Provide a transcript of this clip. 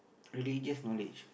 religious knowledge